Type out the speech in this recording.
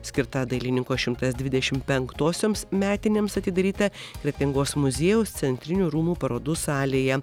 skirta dailininko šimtas dvidešimt penktosioms metinėms atidaryta kretingos muziejaus centrinių rūmų parodų salėje